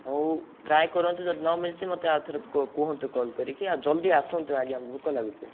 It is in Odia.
ହେଉ ଟ୍ରାଏ୍ କରନ୍ତୁ ଯଦି ନ ମିଳୁଛି ମୋତେ ଆଉଥରେ କୁହନ୍ତୁ କଲ୍ କରିକି ଆଉ ଜଲ୍ଦି ଆସନ୍ତୁ ଆଜ୍ଞା ଭୋକ ଲାଗୁଛି